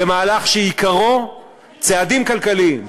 למהלך שעיקרו צעדים כלכליים,